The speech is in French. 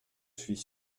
suis